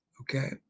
okay